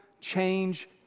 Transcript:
change